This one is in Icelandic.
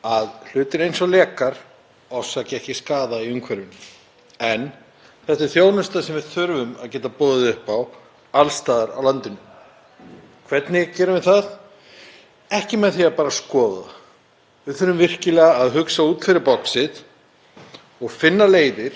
Hvernig gerum við það? Ekki með því að bara skoða það. Við þurfum virkilega að hugsa út fyrir boxið og finna leiðir til þess að geta tryggt bæði byggðasjónarmiðin og öryggis- og umhverfissjónarmiðin